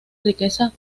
riqueza